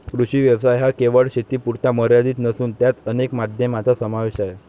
कृषी व्यवसाय हा केवळ शेतीपुरता मर्यादित नसून त्यात अनेक माध्यमांचा समावेश आहे